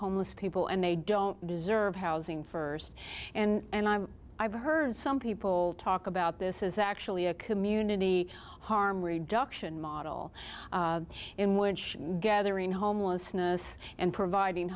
homeless people and they don't deserve housing first and i'm i've heard some people talk about this is actually a community harm reduction model in which gathering homelessness and providing